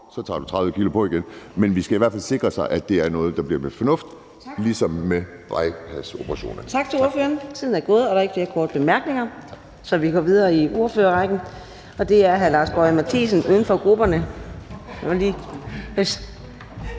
så tager man 30 kg på igen. Men vi skal i hvert fald sikre os, at det er noget, der bliver gjort fornuftigt, ligesom det er med bypassoperationer.